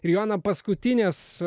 ir joaną paskutinės